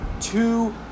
two